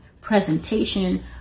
presentation